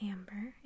Amber